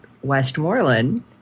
Westmoreland